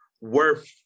worth